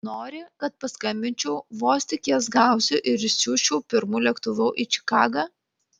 nori kad paskambinčiau vos tik jas gausiu ir išsiųsčiau pirmu lėktuvu į čikagą